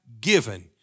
given